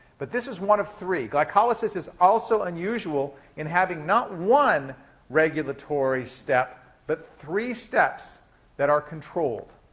but this is one of three. glycolysis is also unusual in having not one regulatory step, but three steps that are controlled.